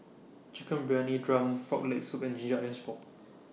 Chicken Briyani Dum Frog Leg Soup and Ginger Onions Pork